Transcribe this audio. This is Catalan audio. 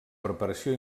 preparació